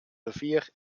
rivier